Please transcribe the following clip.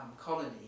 colony